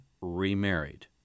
remarried